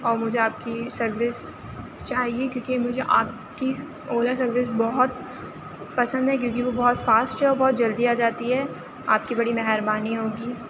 اور مجھے آپ کی سروس چاہیے کیوں کہ مجھے آپ کی اولا سروس بہت پسند ہے کیوں کہ وہ بہت فاسٹ ہے اور بہت جلدی آ جاتی ہے آپ کی بڑی مہربانی ہوگی